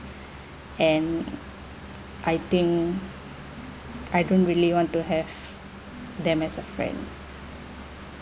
and I think I don't really want to have them as a friend